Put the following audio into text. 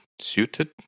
suited